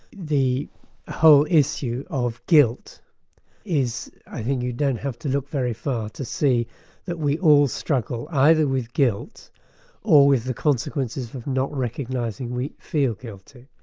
the whole issue of guilt is, i think you don't have to look very far to see that we all struggle either with guilt or with the consequences of not recognising we feel guilty.